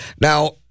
Now